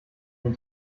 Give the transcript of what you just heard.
den